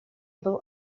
был